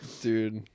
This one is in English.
Dude